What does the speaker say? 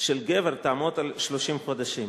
של גבר תהיה 30 חודשים.